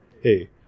hey